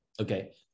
Okay